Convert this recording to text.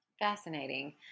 Fascinating